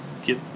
get